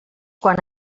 quan